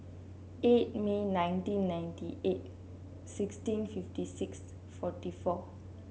eight May nineteen ninety eight sixteen fifty six forty four